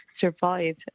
survive